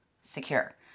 secure